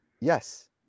Yes